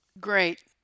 Great